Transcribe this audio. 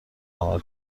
عمل